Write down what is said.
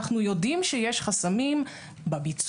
אנחנו יודעים שיש חסמים בביצוע,